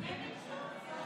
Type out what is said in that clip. (קוראת בשמות חברי הכנסת)